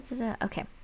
okay